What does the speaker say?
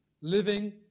Living